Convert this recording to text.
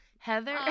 Heather